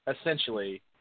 essentially